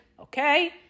okay